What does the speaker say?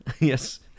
Yes